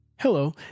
Hello